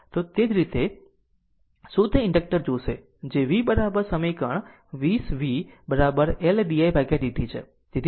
તો તે તે જ રીતે શુદ્ધ ઇન્ડક્ટર જોશે જે v સમીકરણ 20 v L didt છે